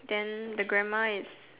then the grandma is